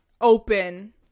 open